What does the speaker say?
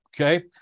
okay